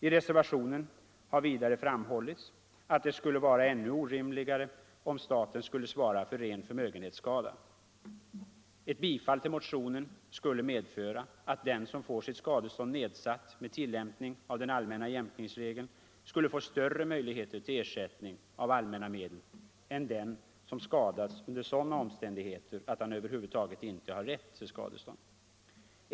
I reservationen har vidare framhållits att det skulle vara ännu orimligare om staten skulle svara för ren förmögenhetsskada. Ett bifall till motionen skulle medföra att den som får sitt skadestånd nedsatt med tillämpning av den allmänna jämkningsregeln skulle få större möjligheter till ersättning av allmänna medel än den som skadats under sådana omständigheter att han över huvud taget inte har rätt till skadestånd.